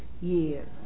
years